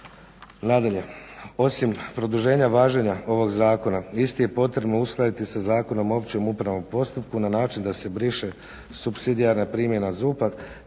Nadalje, osim produženja važenja ovog Zakona isti je potrebno uskladiti sa Zakonom o općem upravnom postupku na način da se briše supsidijarna primjena ZUP-a,